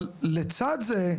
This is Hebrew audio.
אבל לצד זה,